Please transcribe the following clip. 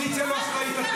אתם אופוזיציה לא אחראית.